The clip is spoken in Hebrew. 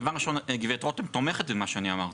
דבר ראשון גברת רותם תומכת במה שאני אמרתי,